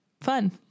fun